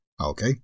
Okay